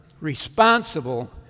responsible